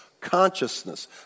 consciousness